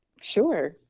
Sure